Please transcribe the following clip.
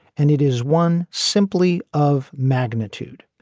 and it is one simply of magnitude,